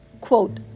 quote